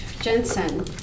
Jensen